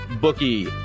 bookie